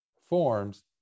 forms